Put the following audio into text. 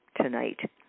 tonight